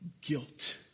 guilt